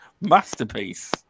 masterpiece